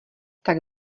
tak